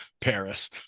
paris